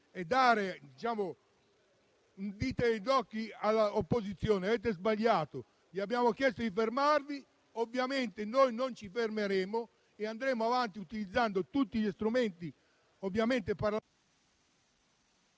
dare un dito negli occhi all'opposizione e a noi. Avete sbagliato e vi abbiamo chiesto di fermarvi. Ovviamente noi non ci fermeremo e andremo avanti, utilizzando tutti gli strumenti,